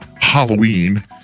Halloween